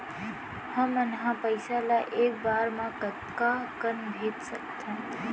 हमन ह पइसा ला एक बार मा कतका कन भेज सकथन?